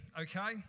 okay